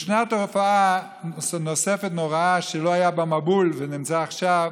ישנה תופעה נוספת נוראה שלא הייתה במבול ונמצאת עכשיו,